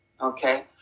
okay